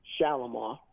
Shalimar